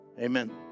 Amen